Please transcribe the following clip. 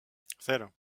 cero